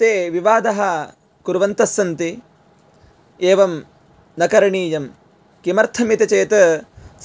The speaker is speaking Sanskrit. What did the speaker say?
ते विवादः कुर्वन्तस्सन्ति एवं न करणीयम् इति चेत्